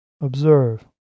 Observe